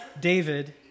David